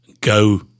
go